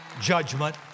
judgment